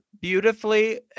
beautifully